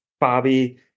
Bobby